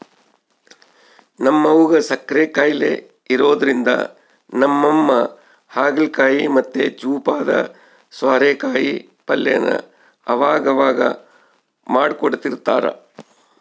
ನಮ್ ಅವ್ವುಗ್ ಸಕ್ಕರೆ ಖಾಯಿಲೆ ಇರೋದ್ರಿಂದ ನಮ್ಮಮ್ಮ ಹಾಗಲಕಾಯಿ ಮತ್ತೆ ಚೂಪಾದ ಸ್ವಾರೆಕಾಯಿ ಪಲ್ಯನ ಅವಗವಾಗ ಮಾಡ್ಕೊಡ್ತಿರ್ತಾರ